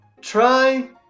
Try